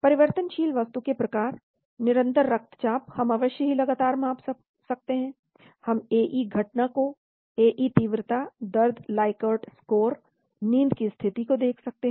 परिवर्तनशील वस्तु के प्रकार निरंतर रक्तचाप हम अवश्य ही लगातार माप सकते हैं हम AE घटना को AE तीव्रता दर्द लाइकर्ट स्कोर नींद की स्थिति को देख सकते हैं